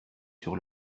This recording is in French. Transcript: sur